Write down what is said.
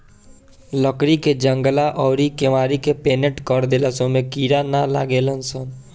लकड़ी के जंगला अउरी केवाड़ी के पेंनट कर देला से ओमे कीड़ा ना लागेलसन